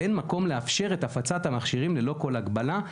ואין מקום לאפשר את הפצת המכשירים ללא כל הגבלה.